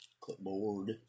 clipboard